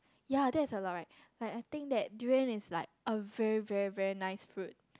yea there is a lot right like I think that durian is like a very very very nice fruit